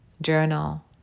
Journal